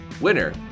winner